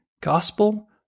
Gospel